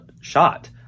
shot